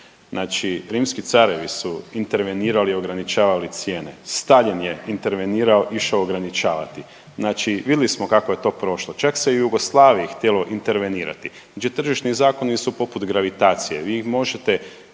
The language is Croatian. znači rimski carevi su intervenirali, ograničavali cijene. Staljin je intervenirao, išao ograničavati. Znači, vidjeli smo kako je to prošlo. Čak se i u Jugoslaviji htjelo intervenirati, međutim tržišni zakoni su poput gravitacije. Vi ih možete